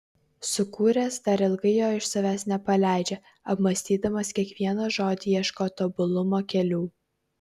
sukūręs dar ilgai jo iš savęs nepaleidžia apmąstydamas kiekvieną žodį ieško tobulumo kelių